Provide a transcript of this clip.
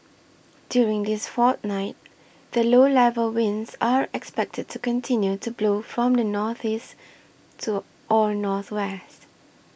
during this fortnight the low level winds are expected to continue to blow from the northeast to or northwest